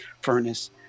furnace